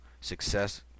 success